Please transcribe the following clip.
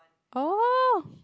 oh